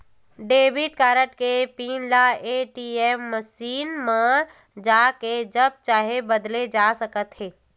debit card के pin ल ATM machine म जाके जब चाहे बदले जा सकत हे